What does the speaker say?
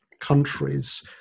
countries